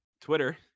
Twitter